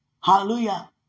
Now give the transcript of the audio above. Hallelujah